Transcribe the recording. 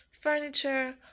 furniture